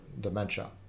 dementia